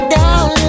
down